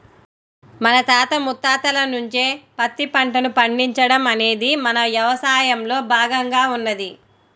మన తాత ముత్తాతల నుంచే పత్తి పంటను పండించడం అనేది మన యవసాయంలో భాగంగా ఉన్నది